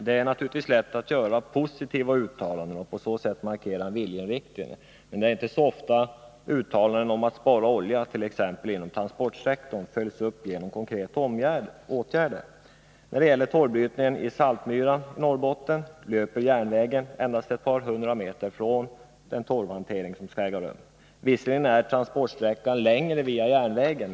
Det är naturligtvis lätt att göra positiva uttalanden och på så sätt markera en viljeinriktning, men det är inte så ofta uttalanden om att spara olja t.ex. inom transportsektorn följs upp av konkreta åtgärder. När det gäller Saltmyran i Norrbotten vill jag framhålla att järnvägen nu löper endast ett par hundra meter från den plats där torvbrytning skall äga rum. Visserligen är transportsträckan längre via järnvägen.